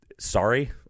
sorry